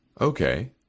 Okay